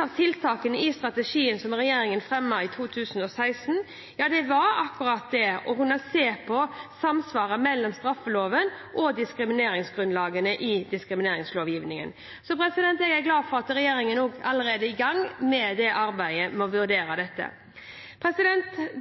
av tiltakene i strategien som regjeringen fremmet i 2016, var nettopp å se på samsvaret mellom straffeloven og diskrimineringsgrunnlagene i diskrimineringslovgivningen. Jeg er glad for at regjeringen allerede nå er i gang med arbeidet med å vurdere dette.